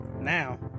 Now